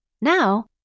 Now